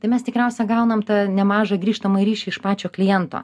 tai mes tikriausia gaunam tą nemažą grįžtamąjį ryšį iš pačio kliento